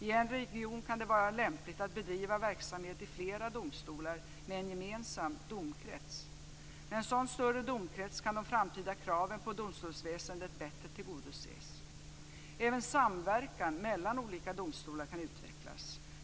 I en region kan det vara lämpligt att bedriva verksamhet i flera domstolar med en gemensam domkrets. Med en sådan större domkrets kan de framtida kraven på domstolsväsendet bättre tillgodoses. Även samverkan mellan olika domstolar kan utvecklas.